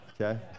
Okay